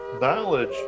knowledge